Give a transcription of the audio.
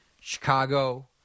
Chicago